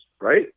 right